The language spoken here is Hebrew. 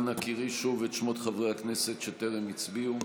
אנא קראי שוב את שמות חברי הכנסת שטרם הצביעו.